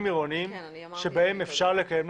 עירוניים בהם אפשר לקיים את הדיונים.